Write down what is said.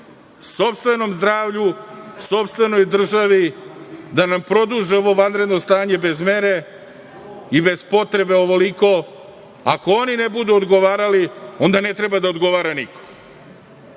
sopstvenom zdravlju, sopstvenoj državi, da nam produže ovo vanredno stanje bez mere i bez potrebe ovoliko, ako oni ne budu odgovarali, onda ne treba da odgovara niko. Dosta